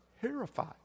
terrified